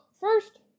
first